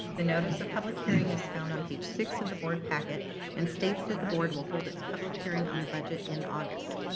the notice of public hearing is found on page six of the board packet and states that the board will hold its public hearing on the budget in august.